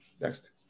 Next